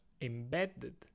embedded